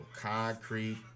concrete